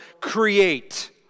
Create